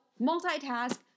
multitask